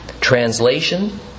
Translation